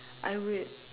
I would